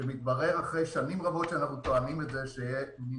שמתברר אחרי שנים רבות שאנחנו טוענים את זה שמינהל